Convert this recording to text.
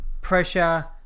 pressure